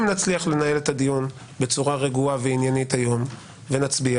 אם נצליח לנהל את הדיון בצורה רגועה ועניינית היום ונצביע